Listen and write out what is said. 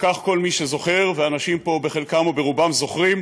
וכך כל מי שזוכר, ואנשים פה בחלקם או ברובם זוכרים